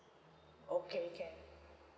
okay can